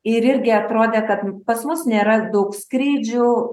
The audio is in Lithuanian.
ir irgi atrodė kad pas mus nėra daug skrydžių